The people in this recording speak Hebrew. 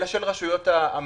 אלא של רשויות המדינה.